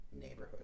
neighborhood